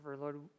Lord